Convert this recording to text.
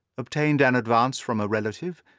obtained an advance from a relative,